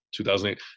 2008